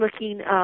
looking